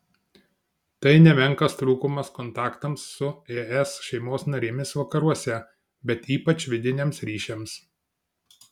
tai nemenkas trūkumas kontaktams su es šeimos narėmis vakaruose bet ypač vidiniams ryšiams